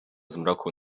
zmroku